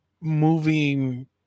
moving